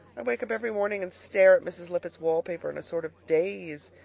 i wake up every morning and stare at mrs. lippett's wallpaper in a sort of daze,